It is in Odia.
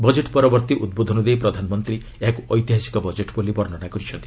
ବଜେଟ୍ ପରବର୍ତ୍ତୀ ଉଦ୍ବୋଧନ ଦେଇ ପ୍ରଧାନମନ୍ତ୍ରୀ ଏହାକୁ ଐତିହାସିକ ବଜେଟ୍ ବୋଲି ବର୍ଷନା କରିଛନ୍ତି